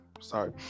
sorry